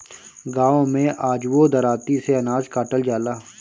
गाँव में अजुओ दराँती से अनाज काटल जाला